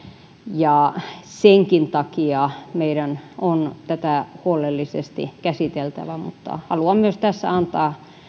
ja senkin takia meidän on tätä huolellisesti käsiteltävä haluan tässä myös antaa